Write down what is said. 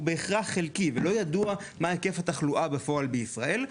בהכרח חלקי ולא ידוע מה היקף התחלואה בפועל בישראל,